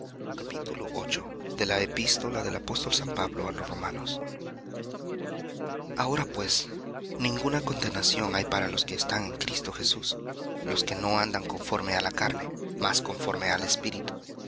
á la ley del pecado capítulo ahora pues ninguna condenación hay para los que están en cristo jesús los que no andan conforme á la carne mas conforme al espíritu